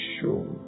sure